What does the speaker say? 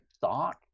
thought